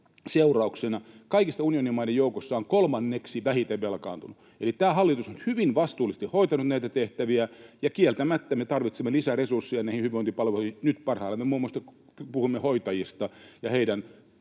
seurauksena kaikkien unionimaiden joukossa kolmanneksi vähiten velkaantunut. Eli tämä hallitus on hyvin vastuullisesti hoitanut näitä tehtäviä, ja kieltämättä me tarvitsemme lisäresursseja näihin hyvinvointipalveluihin. Nyt parhaillaan me muun muassa puhumme hoitajista ja